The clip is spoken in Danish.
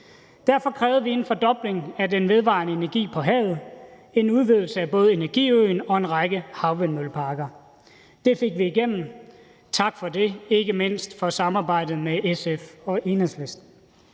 derfor krævede vi en fordobling af den vedvarende energi på havet, en udvidelse af både energiøen og en række havvindmølleparker. Det fik vi igennem, tak for det, ikke mindst for samarbejdet med SF og Enhedslisten.